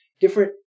different